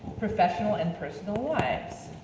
professional, and personal lives.